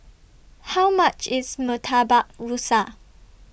How much IS Murtabak Rusa